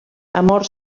amor